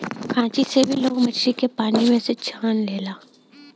खांची से भी लोग मछरी के पानी में से छान लेला